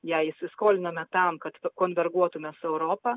jei įsiskolinome tam kad konverguotume su europa